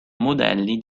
modelli